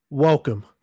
Welcome